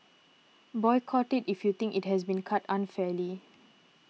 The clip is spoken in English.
boycott it if you think it has been cut unfairly